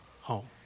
home